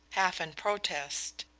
half in protest,